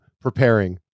preparing